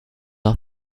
off